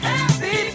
Happy